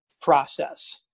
process